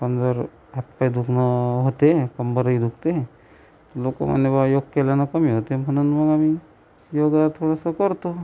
आणि जर हातपाय दुखणं होते कंबरही दुखते लोक म्हणे बा योग केल्यानं कमी होते म्हणून मग आम्ही योगा थोडासा करतो